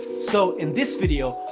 so in this video,